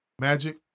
Magic